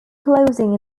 closing